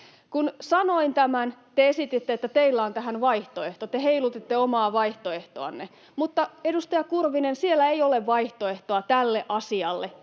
Kun sanoin tämän, te esititte, että teillä on tähän vaihtoehto, te heilutitte omaa vaihtoehtoanne. Mutta, edustaja Kurvinen, siellä ei ole vaihtoehtoa tälle asialle